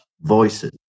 voices